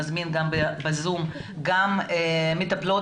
נשמע ב-זום מטפלות.